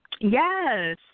Yes